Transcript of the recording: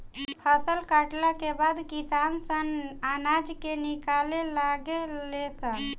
फसल कटला के बाद किसान सन अनाज के निकाले लागे ले सन